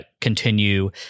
continue –